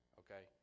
okay